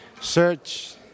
search